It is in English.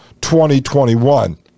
2021